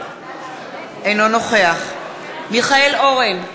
אינו נוכח מיכאל אורן,